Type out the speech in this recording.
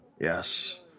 Yes